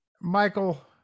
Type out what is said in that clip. Michael